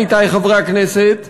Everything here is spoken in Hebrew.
עמיתי חברי הכנסת,